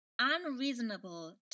unreasonable